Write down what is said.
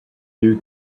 you